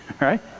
Right